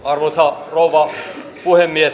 arvoisa rouva puhemies